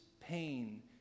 pain